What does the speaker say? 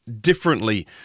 differently